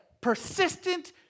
persistent